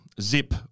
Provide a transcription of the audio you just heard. Zip